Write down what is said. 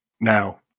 now